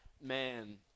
man